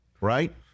right